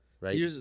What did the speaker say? Right